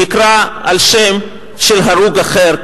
נקרא על שם של הרוג אחר,